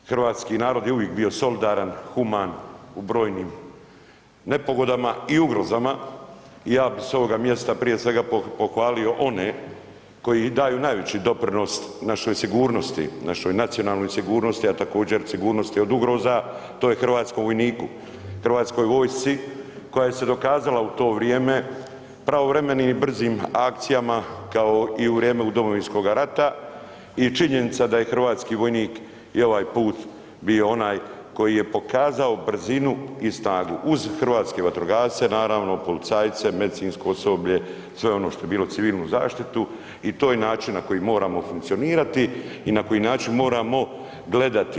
Hrvatski narod j e uvijek bio solidaran, human u brojnim nepogodama i ugrozama i ja bih sa ovog mjesta prije svega pohvalio one koji daju najveći doprinos našoj sigurnosti, našoj nacionalnoj sigurnosti a također sigurnosti od ugroza to je hrvatskom vojniku, Hrvatskoj vojsci koja se dokazala u to vrijeme pravovremenim i brzim akcijama kao i u vrijeme Domovinskoga rata i činjenica da je hrvatski vojnik i ovaj put bio onaj koji je pokazao brzinu i snagu uz hrvatske vatrogasce naravno, policajce, medicinsko osoblje, sve ono što je bilo civilnu zaštitu i to je način na koji moramo funkcionirati i na koji način moramo gledati.